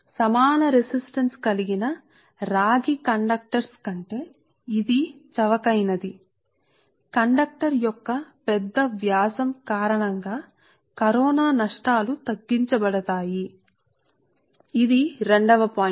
సమాన resistance Resistance యొక్క రాగి కండక్టర్ల కంటే ఇది చౌకైనది కండక్టర్ యొక్క పెద్ద వ్యాసం కారణంగా కరోనా నష్టాలు తగ్గుతాయి కాబట్టి ఇది రెండవ పాయింట్